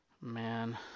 Man